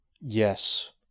Yes